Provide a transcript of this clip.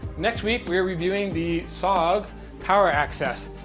next week, we are reviewing the sog power access,